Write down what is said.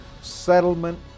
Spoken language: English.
settlement